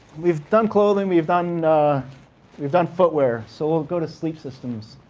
we've done clothing, we've done we've done footwear, so we'll go to sleep systems.